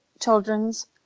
Children's